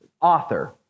author